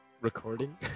Recording